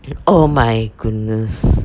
oh my goodness